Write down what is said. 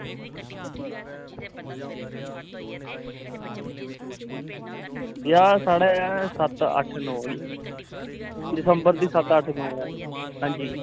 ब्याह् साढ़े सत्त अट्ठ नौ गी दिसंबर दी सत्त अट्ठ नौ ऐ आं जी